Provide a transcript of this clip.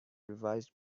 revised